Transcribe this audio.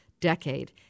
decade